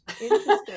Interesting